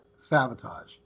sabotage